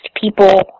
people